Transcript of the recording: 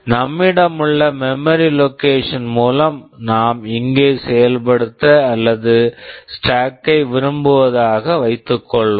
நம்மிடம் உள்ள memory location memory location மூலம் நாம் இங்கே செயல்படுத்த அல்லது ஸ்டேக் stack கை விரும்புவதாக வைத்துக் கொள்வோம்